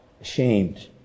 ashamed